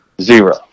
Zero